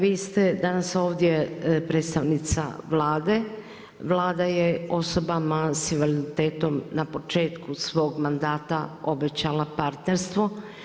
Vi ste danas ovdje predstavnica Vlade, Vlada je osobama sa invaliditetom na početku svog mandata obećala partnerstvo.